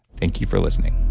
thank you for listening